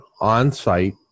on-site